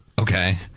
Okay